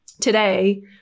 today